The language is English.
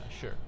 sure